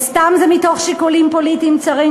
או שזה סתם מתוך שיקולים פוליטיים צרים,